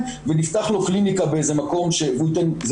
ונפתח לו קליניקה באיזה מקום והוא ייתן ---',